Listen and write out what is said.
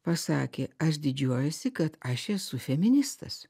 pasakė aš didžiuojuosi kad aš esu feministas